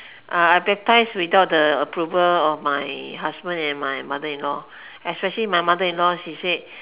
uh I baptized without the approval of my husband and my mother in law especially my mother in law she said